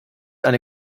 eine